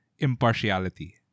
impartiality